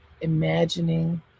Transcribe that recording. imagining